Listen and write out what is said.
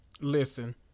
Listen